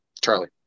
Charlie